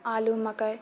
आलू मकइ